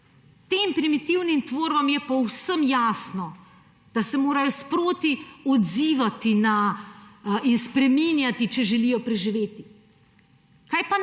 Tem primitivnim tvorbam je povsem jasno, da se morajo sproti odzivati in spreminjati, če želijo preživeti.